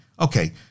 Okay